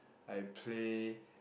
I play